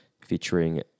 featuring